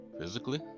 physically